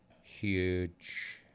Huge